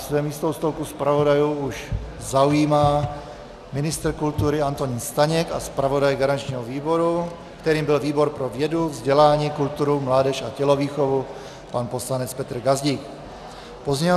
Své místo u stolku zpravodajů už zaujímá ministr kultury Antonín Staněk a zpravodaj garančního výboru, kterým byl výbor pro vědu, vzdělání, kulturu, mládež a tělovýchovu, pan poslanec Petr Gazdík.